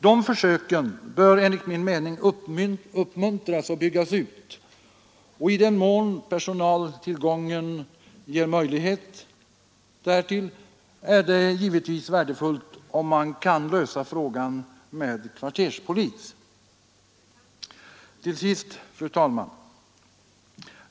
Dessa försök bör enligt min mening uppmuntras och byggas ut, och i den mån personaltillgången ger möjlighet därtill är det givetvis värdefullt om man kan lösa problemet med kvarterspolis. Fru talman!